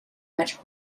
much